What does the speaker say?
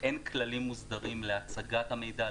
אין כללים מוסדרים להצגת המידע,